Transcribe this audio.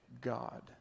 God